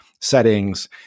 settings